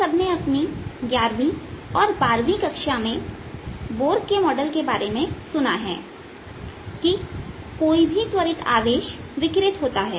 आप सब ने अपनी 11वीं और 12वीं कक्षा में बोर के मॉडल के बारे में सुना है कि कोई भी त्वरित आवेश विकिरित होता है